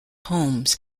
homes